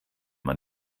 man